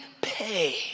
pay